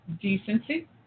decency